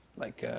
like, ah,